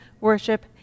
worship